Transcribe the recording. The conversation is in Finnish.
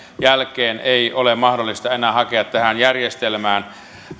jälkeen ei ole mahdollista enää hakea tähän järjestelmään